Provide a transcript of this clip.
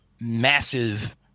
massive